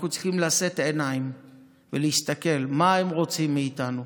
אנחנו צריכים לשאת עיניים ולהסתכל מה הם רוצים מאיתנו,